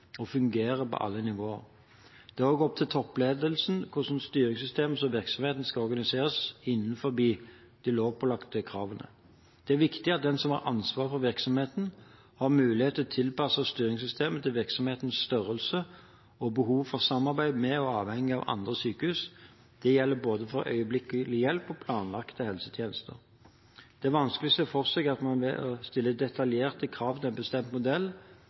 og fungerer på alle nivåer. Det er også opp til toppledelsen hvordan styringssystemet og virksomheten skal organiseres innenfor de lovpålagte kravene. Det er viktig at den som har ansvaret for virksomheten, har mulighet til å tilpasse styringssystemet til virksomhetens størrelse og behovet for samarbeid med og avhengighet av andre sykehus. Det gjelder både for øyeblikkelig hjelp og for planlagte helsetjenester. Det er vanskelig å se for seg at man ved å stille detaljerte krav til en bestemt modell